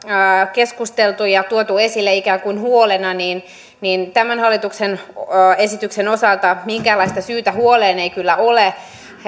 keskusteltu ja tuotu ne esille ikään kuin huolena niin niin tämän hallituksen esityksen osalta minkäänlaista syytä huoleen ei kyllä ole